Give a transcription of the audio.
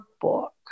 book